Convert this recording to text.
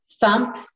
thump